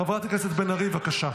חברת הכנסת בן ארי, בבקשה.